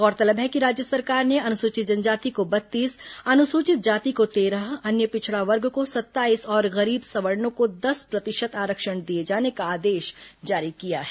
गौरतलब है कि राज्य सरकार ने अनुसूचित जनजाति को बत्तीस अनुसूचित जाति को तेरह अन्य पिछड़ा वर्ग को सत्ताईस और गरीब सवर्णों को दस प्रतिशत आरक्षण दिए जाने का आदेश जारी किया है